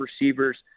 receivers